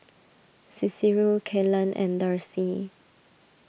Cicero Kelan and Darcy